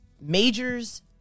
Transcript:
Majors